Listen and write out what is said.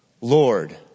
Lord